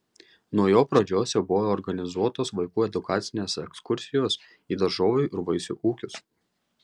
nuo jo pradžios jau buvo organizuotos vaikų edukacinės ekskursijos į daržovių ir vaisių ūkius